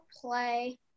play